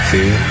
Fear